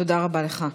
תודה רבה לך.